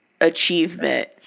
achievement